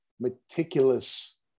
meticulous